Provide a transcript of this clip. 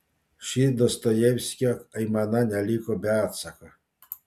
ši dostojevskio aimana neliko be atsako